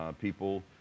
people